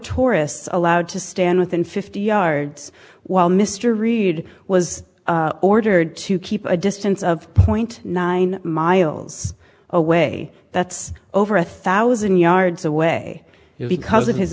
tourists allowed to stand within fifty yards while mr reed was ordered to keep a distance of point nine miles away that's over a thousand yards away because of his